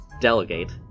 delegate